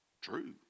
True